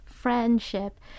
friendship